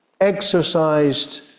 exercised